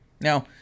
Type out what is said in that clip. Now